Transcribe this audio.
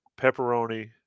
pepperoni